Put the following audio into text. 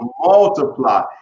multiply